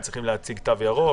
הם צריכים להציג תו ירוק?